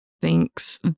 thinks